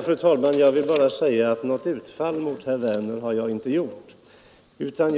Fru talman! Något utfall mot herr Werner i Malmö har jag inte gjort. Eftersom